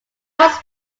was